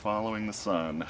following the sun